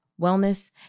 wellness